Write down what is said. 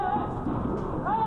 מלאה